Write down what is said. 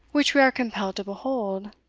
which we are compelled to behold,